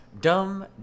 dumb